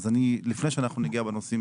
אז אני, לפני שאנחנו נגיע לנושאים